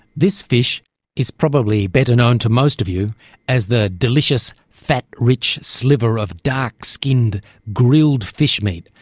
this fish is probably better known to most of you as the delicious fat, rich sliver of dark-skinned grilled fish meat,